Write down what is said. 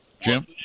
jim